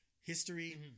history